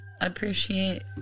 appreciate